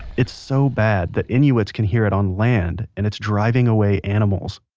it's so bad that inuits can hear it on land and it's driving away animals.